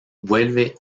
vuelve